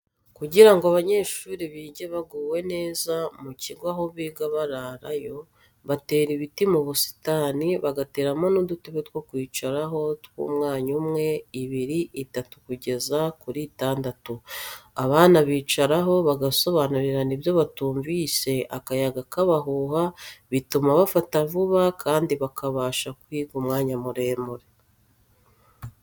Kugira ngo abanyeshuri bige baguwe neza, mu kigo aho biga bararayo batera ibiti mu busitani, bagateramo n'udutebe two kwicaraho tw'umwanya umwe, ibiri, itatu kugeza kuri itandatu; abana bicaraho bagasobanurirana ibyo batumvise akayaga kabahuha, bituma bafata vuba kandi bakabasha kwiga umwanya muremure.